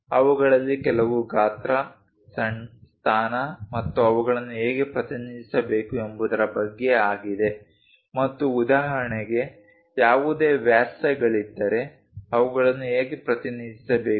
ಅವುಗಳಲ್ಲಿ ಕೆಲವು ಗಾತ್ರ ಸ್ಥಾನ ಮತ್ತು ಅವುಗಳನ್ನು ಹೇಗೆ ಪ್ರತಿನಿಧಿಸಬೇಕು ಎಂಬುದರ ಬಗ್ಗೆ ಆಗಿದೆ ಮತ್ತು ಉದಾಹರಣೆಗೆ ಯಾವುದೇ ವ್ಯಾಸಗಳಿದ್ದರೆ ಅವುಗಳನ್ನು ಹೇಗೆ ಪ್ರತಿನಿಧಿಸಬೇಕು